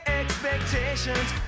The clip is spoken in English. expectations